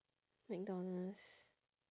mcdonald's